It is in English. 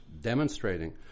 demonstrating